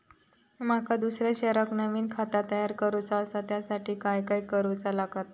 माका दुसऱ्या शहरात नवीन खाता तयार करूचा असा त्याच्यासाठी काय काय करू चा लागात?